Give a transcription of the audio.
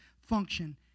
function